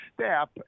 step